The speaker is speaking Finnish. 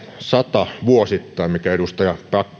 sata mikä edustaja